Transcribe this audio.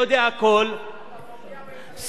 אני לועג לאינטליגנציה שאתה משדר,